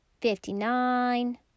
fifty-nine